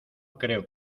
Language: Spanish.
creo